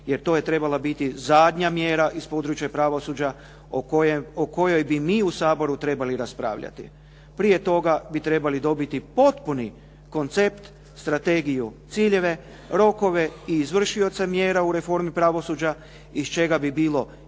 jer to je trebala biti zadnja mjera iz područja pravosuđa o kojoj bi mi u Saboru trebali raspravljati. Prije toga bi trebali dobiti potpuni koncept, strategiju, ciljeve, rokove i izvršioce mjera u reformi pravosuđa iz čega bi bilo jasno